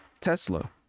Tesla